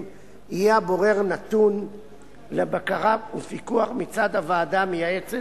יהיה הבורר נתון לבקרה ופיקוח מצד הוועדה המייעצת,